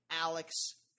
Alex